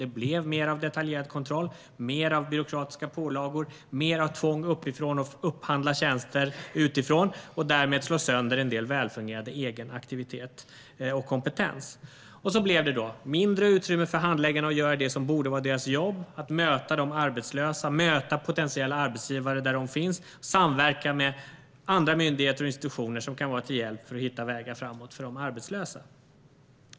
Det blev mer av detaljerad kontroll, mer av byråkratiska pålagor och mer av tvång uppifrån att upphandla tjänster utifrån och därmed slå sönder en del välfungerande egen aktivitet och kompetens. Det blev mindre utrymme för handläggarna att göra det som borde vara deras jobb: att möta de arbetslösa, möta potentiella arbetsgivare där de finns och samverka med andra myndigheter och institutioner som kan vara till hjälp för att hitta vägar framåt för de arbetslösa.